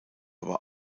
aber